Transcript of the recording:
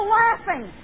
laughing